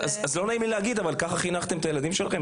לא נעים לי להגיד, אבל ככה חינכתם את הילדים שלכם?